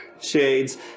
Shades